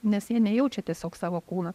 nes jie nejaučia tiesiog savo kūno